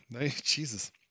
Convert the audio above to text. Jesus